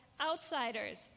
outsiders